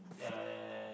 uh